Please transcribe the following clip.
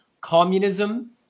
communism